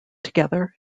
together